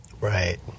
Right